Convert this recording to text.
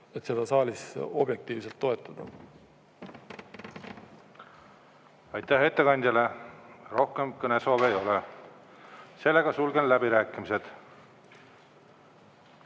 et seda saalis objektiivselt toetada. Aitäh ettekandjale! Rohkem kõnesoove ei ole. Sulgen läbirääkimised.